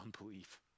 unbelief